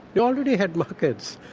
they already had markets.